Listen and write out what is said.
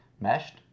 meshed